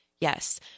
yes